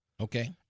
okay